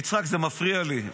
יצחק, זה מפריע לי.